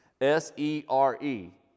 S-E-R-E